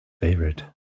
favorite